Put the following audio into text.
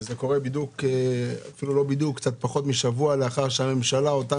וזה קורה קצת פחות משבוע לאחר שאותה